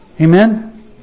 Amen